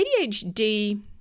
ADHD